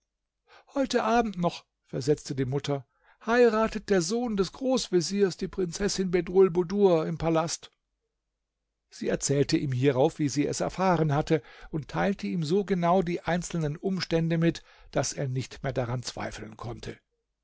heute abend noch versetzte die mutter heiratet der sohn des großveziers die prinzessin bedrulbudur im palast sie erzählte ihm hierauf wie sie es erfahren hatte und teilte ihm so genau die einzelnen umstände mit daß er nicht mehr daran zweifeln konnte